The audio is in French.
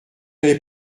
n’est